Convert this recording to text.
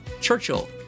Churchill